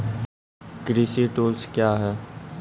कृषि टुल्स क्या हैं?